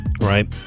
Right